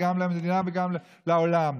גם למדינה וגם לעולם.